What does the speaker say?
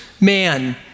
man